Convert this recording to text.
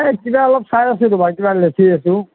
এই কিবা অলপ চাই আছোঁ ৰ'বা কিবা লেখি আছোঁ